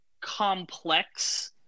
complex